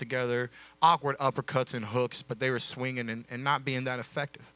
together awkward uppercuts in hooks but they were swinging and not being that effective